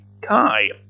Kai